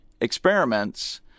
experiments